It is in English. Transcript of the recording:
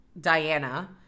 Diana